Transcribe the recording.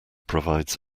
provides